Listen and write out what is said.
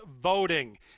voting